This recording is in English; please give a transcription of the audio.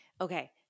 okay